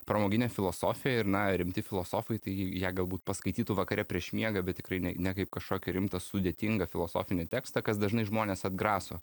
pramoginė filosofija ir na rimti filosofai tai ją galbūt paskaitytų vakare prieš miegą bet tikrai ne ne kaip kažkokį rimtą sudėtingą filosofinį tekstą kas dažnai žmones atgraso